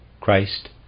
Christ